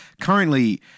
Currently